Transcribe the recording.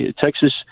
Texas